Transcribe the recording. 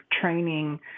training